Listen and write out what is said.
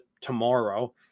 tomorrow